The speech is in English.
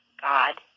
God